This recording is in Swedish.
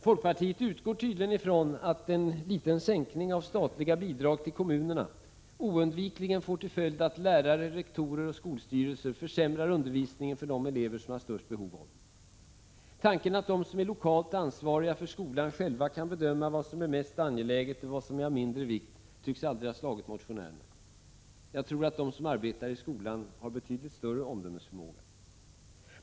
Folkpartiet utgår tydligen från att en liten sänkning av statliga bidrag till kommunerna oundvikligen får till följd att lärare, rektorer och skolstyrelser försämrar undervisningen för de elever som har störst behov av den. Tanken att de som är lokalt ansvariga för skolan själva kan bedöma vad som är mest angeläget och vad som är av mindre vikt tycks aldrig ha slagit motionärerna. Jag tror att de som arbetar i skolan har betydligt större omdömesförmåga.